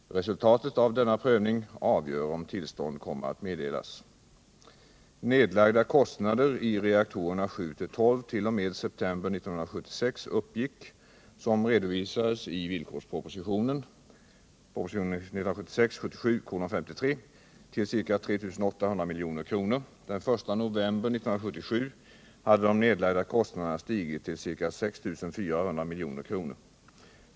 Resultatet av denna prövning avgör om tillstånd kommer att meddelas. Nedlagda kostnader i reaktorerna 7-12 1. o. m. september 1976 uppgick, som redovisades i villkorspropositionen , till ca 3 800 milj.kr. Den 1 november 1977 hade de nedlagda kostnaderna stigit till ca 6 400 milj.kr.